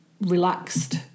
relaxed